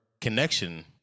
connection